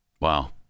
Wow